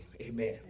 amen